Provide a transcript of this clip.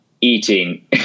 eating